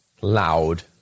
loud